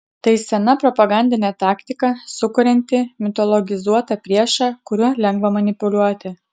tai sena propagandinė taktika sukuriantį mitologizuotą priešą kuriuo lengva manipuliuoti